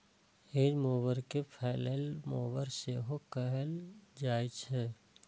hedge mower कें फलैले mower सेहो कहल जाइ छै